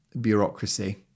bureaucracy